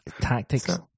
Tactics